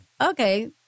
okay